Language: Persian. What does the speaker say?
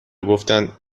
گفتند